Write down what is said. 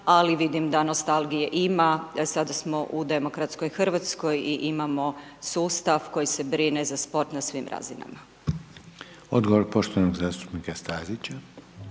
ali vidim da nostalgije ima. Sada smo u demokratskoj Hrvatskoj i imamo sustav koji se brine za sport na svim razinama. **Reiner, Željko (HDZ)** Odgovor poštovanog zastupnika Stazića.